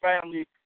family